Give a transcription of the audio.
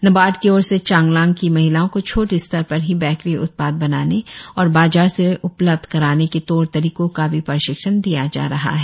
नाबार्ड की ओर से चांगलांग की महिलाओं को छोटे स्तर पर ही बेकरी उत्पाद बनाने और बाजार से उपलब्ध कराने के तौर तरीकों का भी प्रशिक्षण दिया जा रहा है